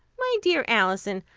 my dear alison,